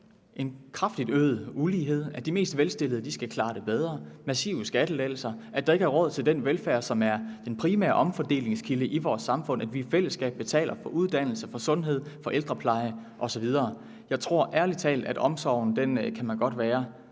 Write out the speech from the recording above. en kraftigt øget ulighed, at de mest velstillede skal klare det bedre, massive skattelettelser, at der ikke er råd til den velfærd, som er den primære omfordelingskilde i vores samfund, hvor vi i fællesskab betaler for uddannelse, for sundhed, for ældrepleje osv. Jeg tror ærlig talt, at man godt kan være